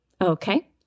Okay